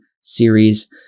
series